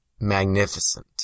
magnificent